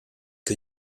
que